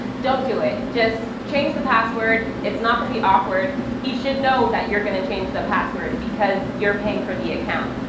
don't do it. just change the password. it's not going to be awkward. he should know that you're going to change the password because you're paying for the account.